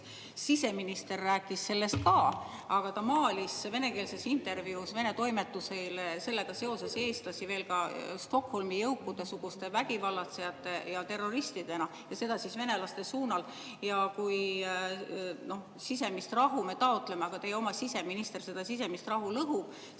siseminister rääkis sellest ka, aga ta kujutas venekeelses intervjuus vene toimetusele sellega seoses eestlasi veel ka Stockholmi jõukude suguste vägivallatsejatena ja terroristidena, ja seda venelaste suunal. Ja kui me sisemist rahu taotleme, aga teie oma siseminister seda sisemist rahu lõhub,